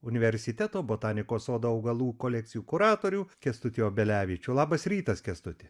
universiteto botanikos sodo augalų kolekcijų kuratorių kęstutį obelevičių labas rytas kęstuti